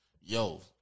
Yo